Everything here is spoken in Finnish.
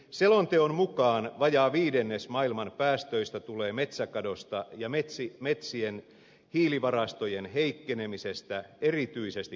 selonteon mukaan vajaa viidennes maailman päästöistä tulee metsäkadosta ja metsien hiilivarastojen heikkenemisestä erityisesti kehitysmaissa